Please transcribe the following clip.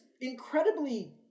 incredibly